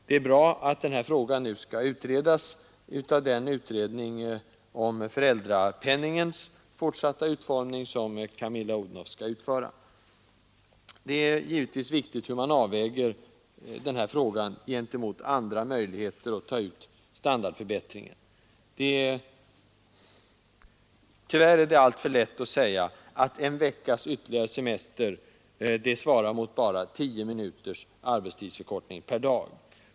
Det är bra att frågan nu skall behandlas av den utredning om föräldrapenningens fortsatta utformning, som Camilla Odhnoff skall utföra. Det är givetvis viktigt hur man avväger det här kravet gentemot andra möjligheter att ta ut standardförbättringen. Tyvärr är det alltför lätt att säga, att en veckas ytterligare semester svarar mot bara tio minuters arbetstidsförkortning per dag.